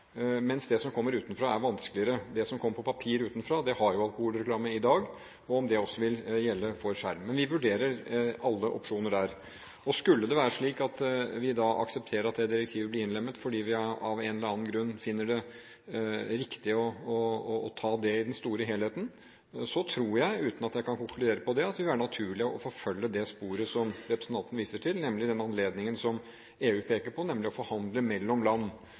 mens det som kommer utenfra, er vanskeligere. Det som kommer på papir utenfra, har jo alkoholreklame i dag. Spørsmålet er om det også vil gjelde for skjerm. Men vi vurderer alle opsjoner der. Skulle det være slik at vi aksepterer at dette direktivet blir innlemmet fordi vi av en eller annen grunn finner det riktig å ta det i den store helheten, tror jeg, uten at jeg kan konkludere på det, at det vil være naturlig å forfølge det sporet som representanten viser til, nemlig den anledningen som EU peker på til å forhandle mellom land.